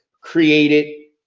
created